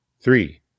three